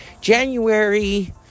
January